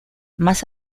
más